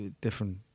different